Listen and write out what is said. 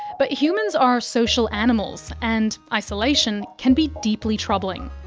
but humans are social animals and isolation can be deeply troubling.